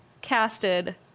casted